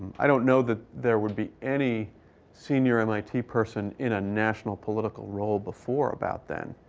i don't know that there would be any senior mit person in a national political role before about then.